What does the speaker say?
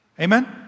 Amen